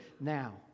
now